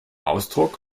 ausdruck